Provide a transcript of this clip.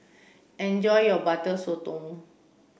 enjoy your butter sotong